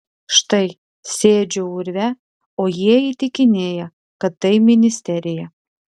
štai sėdžiu urve o jie įtikinėja kad tai ministerija